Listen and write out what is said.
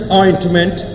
ointment